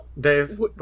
dave